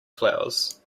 flowers